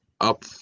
up